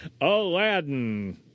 Aladdin